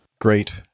Great